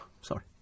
Sorry